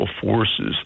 forces